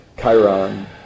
Chiron